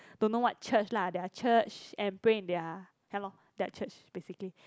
don't know what church lah their church and pray in their ya lor their church basically